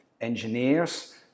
engineers